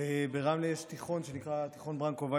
ברמלה יש תיכון שנקרא תיכון ברנקו וייס,